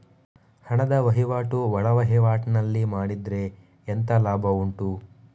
ಹಣದ ವಹಿವಾಟು ಒಳವಹಿವಾಟಿನಲ್ಲಿ ಮಾಡಿದ್ರೆ ಎಂತ ಲಾಭ ಉಂಟು?